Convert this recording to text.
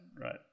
right